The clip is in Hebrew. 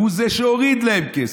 הוא שהוריד להם כסף,